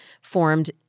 formed